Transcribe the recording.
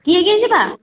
କିଏ କିଏ ଯିବା